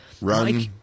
Run